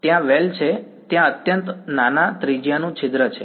ત્યાં વેલ છે ત્યાં અનંત નાના ત્રિજ્યાનું છિદ્ર છે